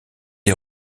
des